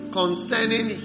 concerning